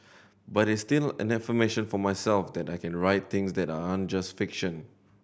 but it's still an affirmation for myself that I can write things that aren't just fiction